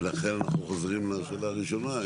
ולכן אנחנו חוזרים לשאלה הראשונה.